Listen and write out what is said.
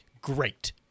great